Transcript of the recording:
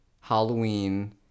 Halloween